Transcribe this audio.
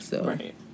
Right